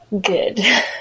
Good